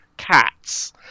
cats